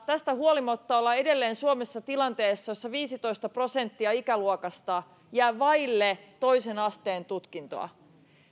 tästä huolimatta ollaan edelleen suomessa tilanteessa jossa viisitoista prosenttia ikäluokasta jää vaille toisen asteen tutkintoa